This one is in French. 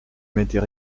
mettait